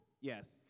yes